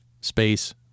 space